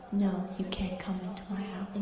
no, you can't come into my house.